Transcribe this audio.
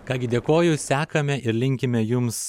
ką gi dėkoju sekame ir linkime jums